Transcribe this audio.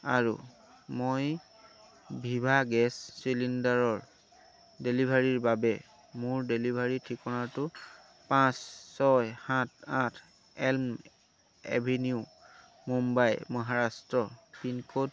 আৰু মই Viva gas চিলিণ্ডাৰৰ ডেলিভাৰীৰ বাবে মোৰ ডেলিভাৰী ঠিকনাটো পাঁচ ছয় সাত আঠ Elm Avenue Mumbai Maharashtra pincode